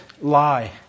lie